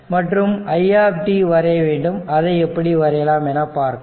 மற்றும் i வரைய வேண்டும் அதை எப்படி வரையலாம் என பார்க்கலாம்